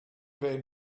vain